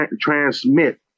transmit